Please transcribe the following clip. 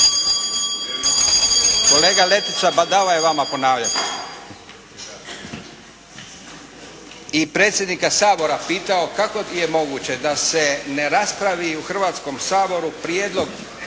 Kolega Letica badava je vama ponavljat! I predsjednika Sabora pitao kako je moguće da se ne raspravi u Hrvatskom saboru prijedlog